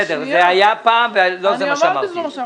זה היה פעם אבל לא זה מה שאמרתי.